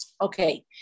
Okay